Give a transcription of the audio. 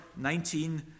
19